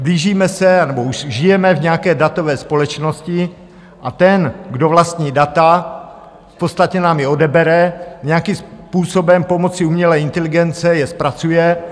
Blížíme se, nebo už žijeme v nějaké datové společnosti a ten, kdo vlastní data, v podstatě nám je odebere, nějakým způsobem pomocí umělé inteligence je zpracuje.